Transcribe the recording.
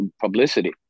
publicity